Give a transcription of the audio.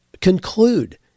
conclude